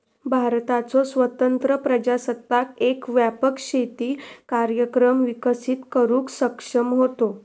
भारताचो स्वतंत्र प्रजासत्ताक एक व्यापक शेती कार्यक्रम विकसित करुक सक्षम होतो